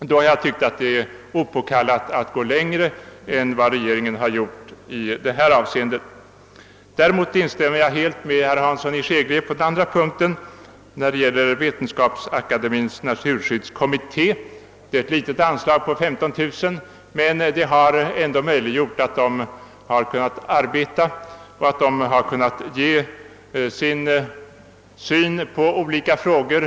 Därför har jag tyckt att det är opåkallat att nu gå längre än regeringen gjort. Däremot instämmer jag helt med herr Hansson i Skegrie när det gäller Vetenskapsakademiens naturskyddskommitté. Det gäller ett litet anslag, 15000 kronor, men detta har ändå gjort det möjligt för kommittén att arbeta och ge sin syn på olika frågor.